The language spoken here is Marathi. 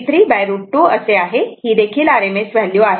23√ 2 असे आहे ही RMS व्हॅल्यू आहे